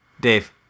Dave